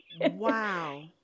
Wow